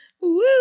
Woo